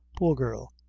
poor girl!